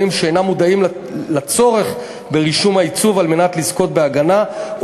שאינם מודעים לצורך ברישום העיצוב על מנת לזכות בהגנה או